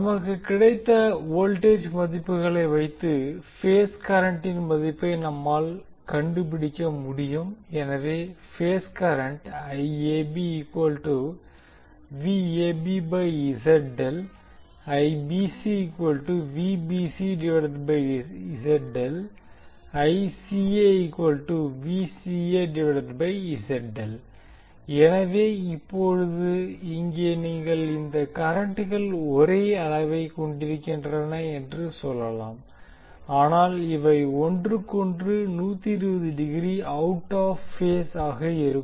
நமக்கு கிடைத்த வோல்டேஜ் மதிப்புகளை வைத்து பேஸ் கரண்டின் மதிப்பை நம்மால் கண்டுபிடிக்க முடியும் எனவே பேஸ் கரண்ட் எனவே இப்போது இங்கே நீங்கள் இந்த கரண்ட்கள் ஒரே அளவைக் கொண்டிருக்கின்றன என்று சொல்லலாம் ஆனால் இவை ஒன்றுக்கொன்று 120 டிகிரிக்கு அவுட்ஆப் பேஸ் ஆக இருக்கும்